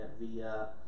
via